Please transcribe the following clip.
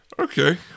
Okay